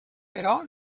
però